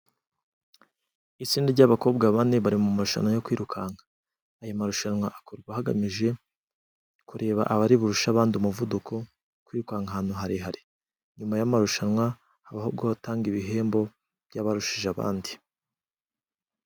Itsinda ry'abakobwa bane bari mu marushanwa yo kwirukanka. Aya marushanwa akorwa hagamije kureba abari burushe abandi umuvuduko, kwirukanka ahantu harehare. Nyuma y'amarushanwa haba ho gutanga ibihembo by'abarushije abandi.